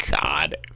God